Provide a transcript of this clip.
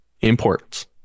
imports